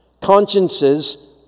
Consciences